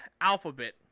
alphabet